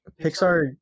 Pixar